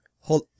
Hold